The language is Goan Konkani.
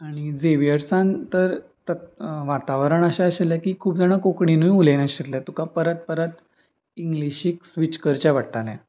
आनी झेवियर्सान तर वातावरण अशें आशिल्लें की खूब जाणां कोंकणीनूय उलयनाशिल्लें तुका परत परत इंग्लिशीक स्विच करचें पडटालें